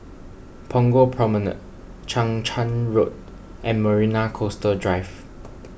Punggol Promenade Chang Charn Road and Marina Coastal Drive